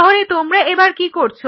তাহলে তোমরা এবার কি করছো